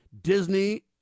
Disney